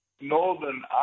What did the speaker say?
Northern